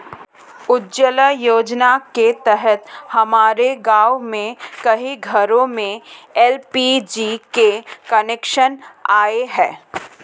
उज्ज्वला योजना के तहत हमारे गाँव के कई घरों में एल.पी.जी के कनेक्शन आए हैं